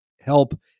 help